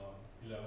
ya